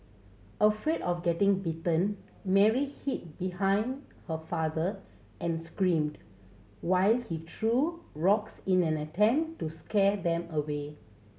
afraid of getting bitten Mary hid behind her father and screamed while he threw rocks in an attempt to scare them away